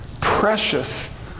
precious